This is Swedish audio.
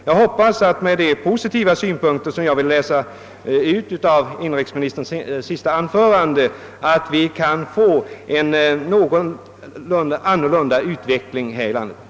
Jag hoppas att vi kan få en något annan utveckling här i landet, eftersom jag tycker att man kan läsa ut en positiv syn på dessa problem av inrikesministerns senaste anförande.